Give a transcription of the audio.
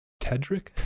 Tedrick